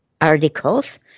articles